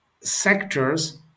sectors